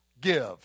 give